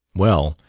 well,